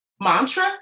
mantra